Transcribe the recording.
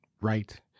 right